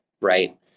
right